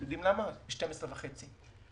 ב-12:30.